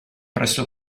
presso